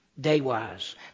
Day-wise